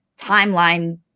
timeline